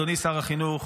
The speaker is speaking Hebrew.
אדוני שר החינוך,